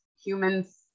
humans